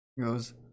Goes